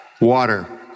water